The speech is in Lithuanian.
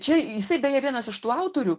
čia jisai beje vienas iš tų autorių